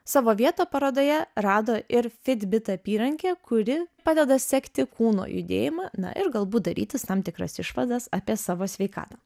savo vietą parodoje rado ir fitbit apyrankė kuri padeda sekti kūno judėjimą na ir galbūt darytis tam tikras išvadas apie savo sveikatą